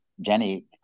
Jenny